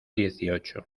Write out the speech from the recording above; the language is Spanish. dieciocho